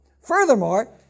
Furthermore